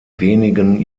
wenigen